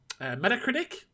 Metacritic